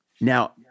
Now